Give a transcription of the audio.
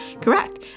correct